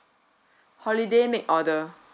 holiday make order